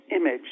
image